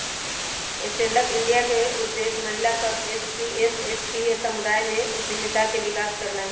stand up India के उद्देश्य महिला सभ, एस.सी एवं एस.टी समुदाय में उद्यमिता के विकास करनाइ हइ